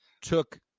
took